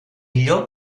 millor